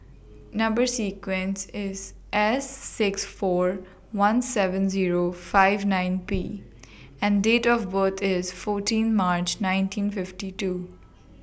Number sequence IS S six four one seven Zero five nine P and Date of birth IS fourteen March nineteen fifty two